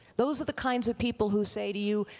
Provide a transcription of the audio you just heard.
those are the kinds of people who say to you,